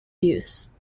use